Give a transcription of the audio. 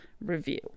review